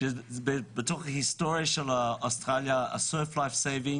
קשור להצלחה של המשלחת האוסטרלית בתחרויות השחייה באולימפיאדה,